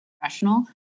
professional